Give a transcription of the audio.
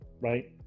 right